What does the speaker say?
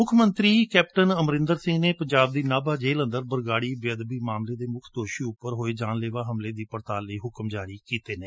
ਮੁੱਖ ਮੰਤਰੀ ਕੈਪਟਨ ਅਮਰਿੰਦਰ ਸਿੰਘ ਨੇ ਪੰਜਾਬ ਦੀ ਨਾਭਾ ਜੇਲ੍ਹ ਅੰਦਰ ਬਰਗਾਡੀ ਬੇਅਦਬੀ ਮਾਮਲੇ ਦੇ ਮੁੱਖ ਦੋਸ਼ੀ ਉਂਪਰ ਹੋਏ ਜਾਨਲੇਵਾ ਹਮਲੇ ਦੀ ਪੜਤਾਲ ਦੇ ਹੁਕਮ ਜਾਰੀ ਕੀਤੇ ਨੇ